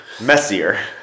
messier